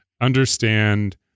understand